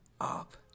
up